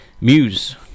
Muse